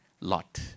Lot